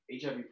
HIV